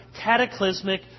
cataclysmic